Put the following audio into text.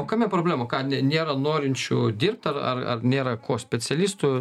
o kame problema ką nė nėra norinčių dirbt ar ar ar nėra ko specialistų